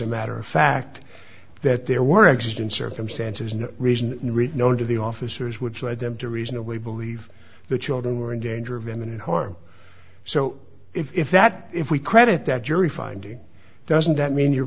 a matter of fact that there were existant circumstances no reason to read known to the officers would lead them to reasonably believe the children were in danger of imminent harm so if that if we credit that jury finding doesn't that mean your